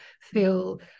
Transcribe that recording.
feel